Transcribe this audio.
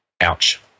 Ouch